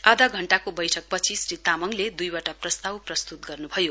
आधा घण्टाको बैठकपछि श्री तामाङले दुईवटा प्रस्ताव प्रस्तुत गर्नुभयो